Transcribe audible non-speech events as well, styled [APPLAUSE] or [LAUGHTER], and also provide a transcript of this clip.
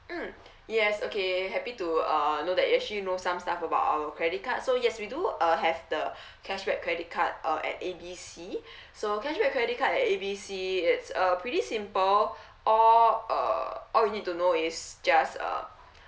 mm [BREATH] yes okay happy to uh know that you actually know some stuff about our credit card so yes we do uh have the [BREATH] cashback credit card uh at A B C [BREATH] so cashback credit card at A B C it's uh pretty simple [BREATH] all uh all you need to know is just uh